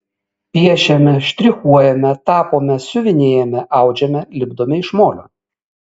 piešiame štrichuojame tapome siuvinėjame audžiame lipdome iš molio